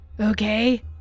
Okay